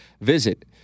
Visit